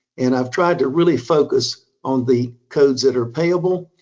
and i've tried to really focus on the codes that are payable,